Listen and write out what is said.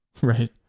Right